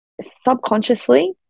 subconsciously